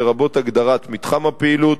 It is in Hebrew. לרבות הגדרת מתחם הפעילות,